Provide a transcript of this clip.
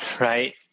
right